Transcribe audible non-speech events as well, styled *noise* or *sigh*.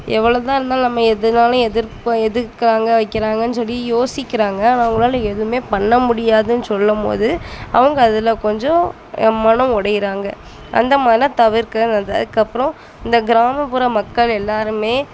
எவ்வளோ தான் இருந்தாலும் நம்ம எதுனாலும் எதிர்ப்பை எதிக்குறாங்க வைக்கிறாங்கன்னு சொல்லி யோசிக்கிறாங்கள் ஆனால் அவங்களால எதுமே பண்ண முடியாதுன்னு சொல்லும்மோது அவங்க அதில் கொஞ்சம் மனம் உடையிறாங்க அந்த மன தவிர்க்க *unintelligible* அதுக்கப்புறம் இந்த கிராமப்புற மக்கள் எல்லாருமே